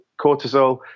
cortisol